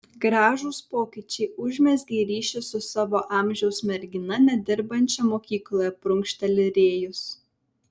gražūs pokyčiai užmezgei ryšį su savo amžiaus mergina nedirbančia mokykloje prunkšteli rėjus